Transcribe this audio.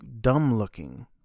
dumb-looking